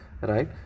right